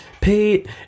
Pete